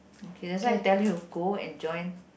okay that's why I tell you go and join